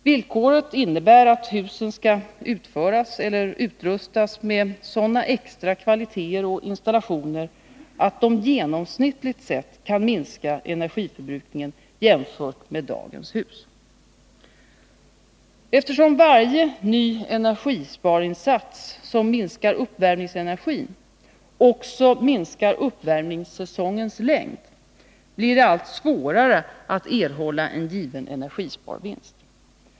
Villkoret innebär att husen skall utföras eller utrustas med sådana extra kvaliteter och installationer att de genomsnittligt tillåter en minskning av energiförbrukningen jämförda med dagens hus. Eftersom varje ny energisparinsats som minskar uppvärmningsenergin också minskar uppvärmningssäsongens längd, blir det allt svårare att erhålla en given energisparvinst.